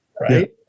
right